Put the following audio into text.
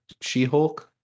She-Hulk